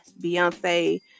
Beyonce